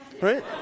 Right